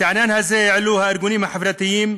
את העניין הזה העלו הארגונים החברתיים,